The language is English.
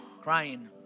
Crying